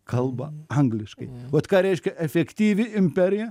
kalba angliškai vat ką reiškia efektyvi imperija